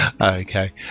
Okay